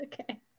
Okay